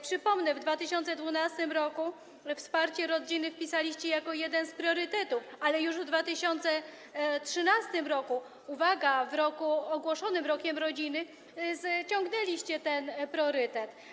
Przypomnę, w 2012 r. wsparcie rodziny wpisaliście jako jeden z priorytetów, ale już w 2013 r., uwaga, w roku ogłoszonym rokiem rodziny, ściągnęliście ten priorytet.